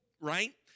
right